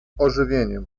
ożywieniem